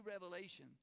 revelation